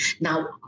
Now